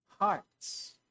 Hearts